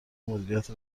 مدیریت